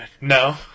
No